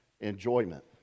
enjoyment